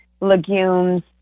legumes